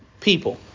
people